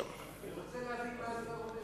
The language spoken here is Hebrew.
השר, אני רוצה להבין מה כבוד השר אומר.